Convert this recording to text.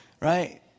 Right